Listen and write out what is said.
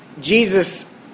Jesus